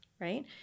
Right